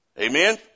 Amen